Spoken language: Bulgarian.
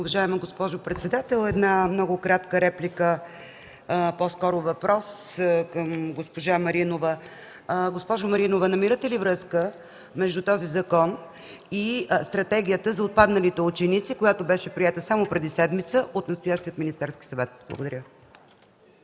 Уважаема госпожо председател, една много кратка реплика, по-скоро въпрос към госпожа Маринова. Госпожо Маринова, намирате ли връзка между този закон и стратегията за отпадналите ученици, която беше приета само преди седмица от настоящия Министерски съвет? Благодаря